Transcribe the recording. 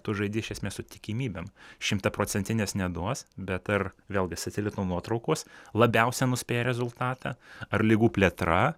tu žaidi iš esmės su tikimybėm šimtaprocentinės neduos bet ar vėlgi satelito nuotraukos labiausia nuspėja rezultatą ar ligų plėtra